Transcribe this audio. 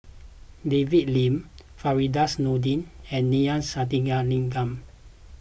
David Lim Firdaus Nordin and Neila Sathyalingam